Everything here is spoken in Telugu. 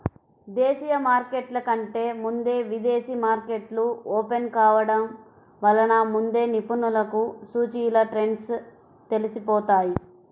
దేశీయ మార్కెట్ల కంటే ముందే విదేశీ మార్కెట్లు ఓపెన్ కావడం వలన ముందే నిపుణులకు సూచీల ట్రెండ్స్ తెలిసిపోతాయి